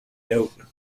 note